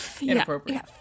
inappropriate